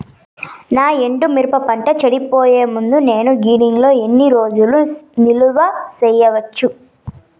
నా ఎండు మిరప పంట చెడిపోయే ముందు నేను గిడ్డంగి లో ఎన్ని రోజులు నిలువ సేసుకోవచ్చు?